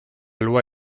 loi